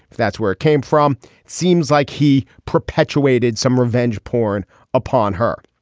if that's where it came from seems like he perpetuated some revenge porn upon her.